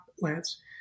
Lance